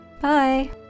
Bye